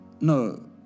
no